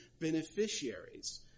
beneficiaries